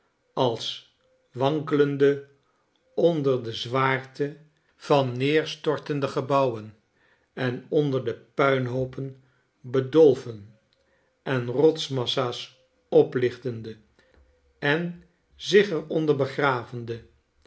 als wankelende onder de zwaarte van neerstortende gebouwen en onder de puinhoopen bedolven en rotsmassa's oplichtende en zich er onder begravende